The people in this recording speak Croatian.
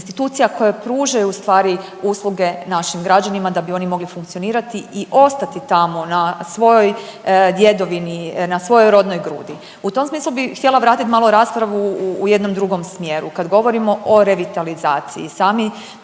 institucija koje pružaju usluge našim građanima da bi oni mogli funkcionirati i ostati tamo na svojoj djedovini, na svojoj rodnoj grudi. U tom smislu bi htjela vratiti malo raspravu u jednom drugom smjeru, kad govorimo o revitalizaciji